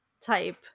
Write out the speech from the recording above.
type